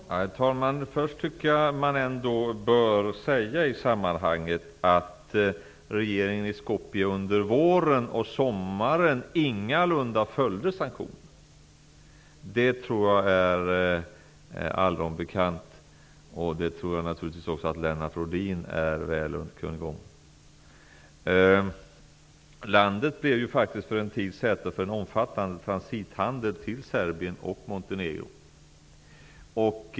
Herr talman! Först tycker jag att man i det sammanhanget bör säga att regeringen i Skopje under våren och sommaren ingalunda följde sanktionerna. Det tror jag är allom bekant, och det tror jag naturligtvis att även Lennart Rohdin är väl underkunnig om. Landet blev faktiskt för en tid säte för en omfattande transithandel till Serbien och Montenegro.